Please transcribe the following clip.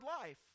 life